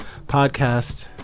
podcast